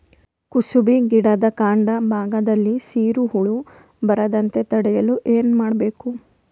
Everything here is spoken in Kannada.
ಕುಸುಬಿ ಗಿಡದ ಕಾಂಡ ಭಾಗದಲ್ಲಿ ಸೀರು ಹುಳು ಬರದಂತೆ ತಡೆಯಲು ಏನ್ ಮಾಡಬೇಕು?